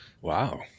Wow